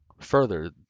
further